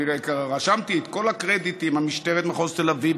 אני רשמתי את כל הקרדיטים: משטרת מחוז תל אביב,